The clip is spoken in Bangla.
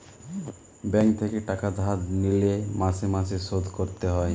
ব্যাঙ্ক থেকে টাকা ধার লিলে মাসে মাসে শোধ করতে হয়